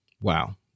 Wow